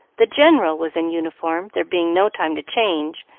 the general was in uniform, there being no time to change,